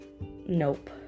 Nope